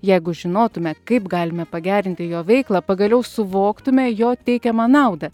jeigu žinotume kaip galime pagerinti jo veiklą pagaliau suvoktume jo teikiamą naudą